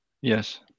Yes